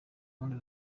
wundi